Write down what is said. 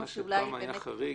מה שפעם היה חריג,